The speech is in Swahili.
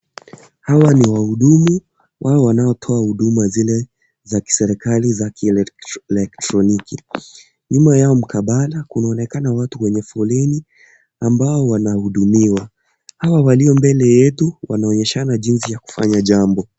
Hawa ni wahudumu, wao wanatoa huduma zile za kiserikali za kielektroniki nyuma yao mkabala kunaonekana watu kwenye foleni ambao wanahudumiwa. Hawa walio mbele yetu wanaonyeshana jinsi ya kufanya jambo.